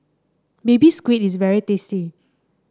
Baby Squid is very tasty